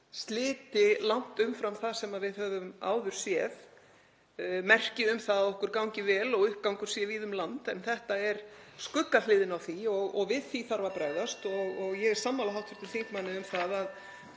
sliti langt umfram það sem við höfum áður séð, merki um það að okkur gangi vel og uppgangur sé víða um land en þetta er skuggahliðin á því. Við því þarf að bregðast (Forseti hringir.) og ég er sammála hv. þingmanni um að á